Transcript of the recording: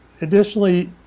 additionally